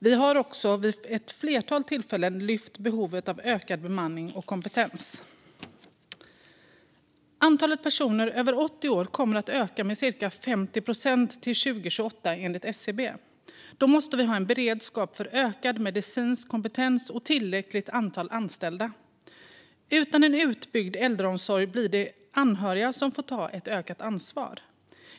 Vi har också vid ett flertal tillfällen lyft upp behovet av ökad bemanning och kompetens. Antalet personer över 80 år kommer enligt SCB att öka med cirka 50 procent till 2028. Då måste vi ha beredskap för ökad medicinsk kompetens och tillräckligt stort antal anställda. Utan utbyggd äldreomsorg får anhöriga ta ett ökat ansvar.